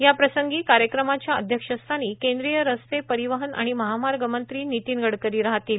या प्रसंगी कार्यक्रमाच्या अध्यक्षस्थानी केंद्रीय रस्ते परिवहन आणि महामार्ग मंत्री नितीन गडकरी राहतील